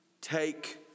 take